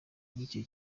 y’icyo